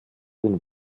den